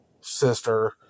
sister